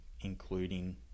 including